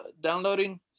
downloading